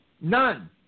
None